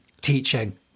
teaching